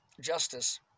justice